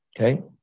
Okay